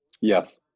yes